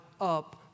up